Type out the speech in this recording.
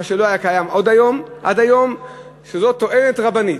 מה שלא היה קיים עד היום, שזאת טוענת רבנית,